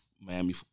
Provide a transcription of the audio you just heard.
Miami